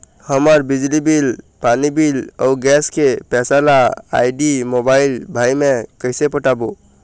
हमर बिजली बिल, पानी बिल, अऊ गैस के पैसा ला आईडी, मोबाइल, भाई मे कइसे पटाबो?